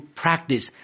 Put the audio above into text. practice